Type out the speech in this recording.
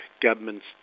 governments